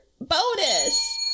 Bonus